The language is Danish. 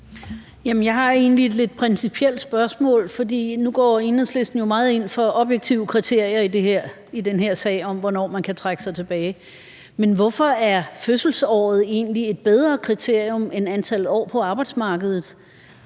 Jeg har egentlig et lidt principielt spørgsmål. Nu går Enhedslisten jo meget ind for objektive kriterier i den her sag om, hvornår man kan trække sig tilbage, men hvorfor er fødselsåret egentlig et bedre kriterium end antal år på arbejdsmarkedet?